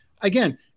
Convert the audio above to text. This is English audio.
again